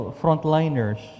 frontliners